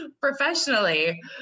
Professionally